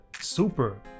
super